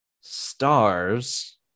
stars